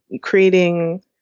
creating